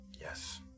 Yes